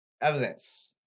evidence